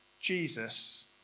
Jesus